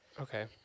Okay